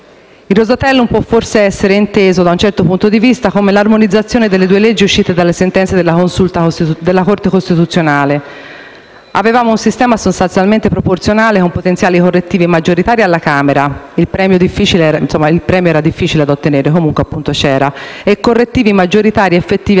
Il Rosatellum può forse essere inteso, da un certo punto di vista, come l'armonizzazione delle due leggi uscite dalle sentenze della Corte costituzionale: avevamo un sistema sostanzialmente proporzionale con potenziali correttivi maggioritari alla Camera dei deputati - il premio era difficile da ottenere, ma era presente - e correttivi maggioritari effettivi al Senato,